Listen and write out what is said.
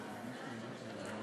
נא לשבת.